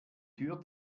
tür